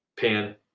pan